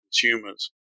consumers